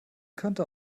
könnte